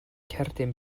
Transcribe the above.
cerdyn